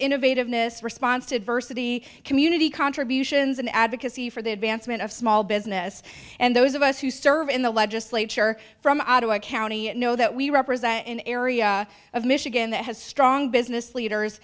innovative miss response to diversity community contributions and advocacy for the advancement of small business and those of us who serve in the legislature from ottawa county and know that we represent an area of michigan that has strong business leaders